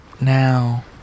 now